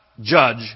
judge